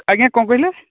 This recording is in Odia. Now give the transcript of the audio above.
ଆଜ୍ଞା କ'ଣ କହିଲେ